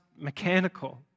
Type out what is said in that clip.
mechanical